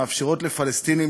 מאפשרות לפלסטינים,